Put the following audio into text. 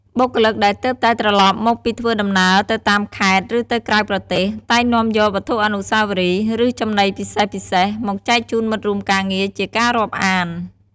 បុគ្គលិកដែលទើបតែត្រឡប់មកពីធ្វើដំណើរទៅតាមខេត្ត ឬទៅក្រៅប្រទេស តែងនាំយក វត្ថុអនុស្សាវរីយ៍ ឬ ចំណីពិសេសៗ មកចែកជូនមិត្តរួមការងារជាការរាប់អាន។